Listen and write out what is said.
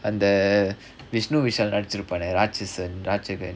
and the vishnu vishal நடிச்சுருப்பானே ராட்சசன் ராட்சசன்:nadichiruppanae raatchasan raatchasan